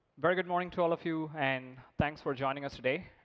very good morning to all of you, and thanks for joining us today.